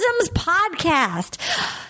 Podcast